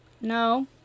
no